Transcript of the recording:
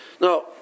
Now